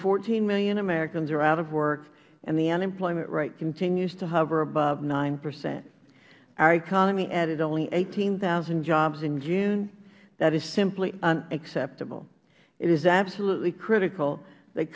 fourteen million americans are out of work and the unemployment rate continues to hover above nine percent our economy added only eighteen thousand jobs in june that is simply unacceptable it is absolutely critical that